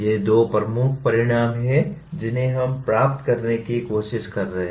ये दो प्रमुख परिणाम हैं जिन्हें हम प्राप्त करने की कोशिश कर रहे हैं